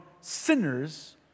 sinners